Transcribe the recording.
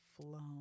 flown